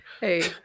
Hey